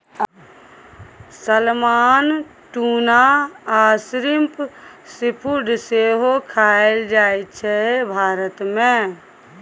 salmon, tuna आ shrimp seafood सेहो खाएल जाइ छै भारत मे